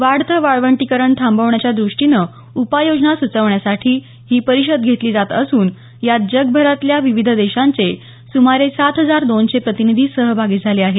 वाढतं वाळवंटीकरण थांबवण्याच्या दृष्टीनं उपाययोजना सुचवण्यासाठी ही परिषद घेतली जात असून यात जगभरातल्या विविध देशांचे सुमारे सात हजार दोनशे प्रतिनिधी सहभागी झाले आहेत